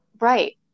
right